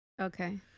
Okay